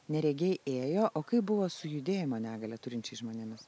neregiai ėjo o kaip buvo su judėjimo negalią turinčiais žmonėmis